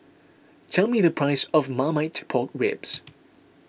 tell me the price of Marmite Pork Ribs